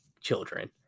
children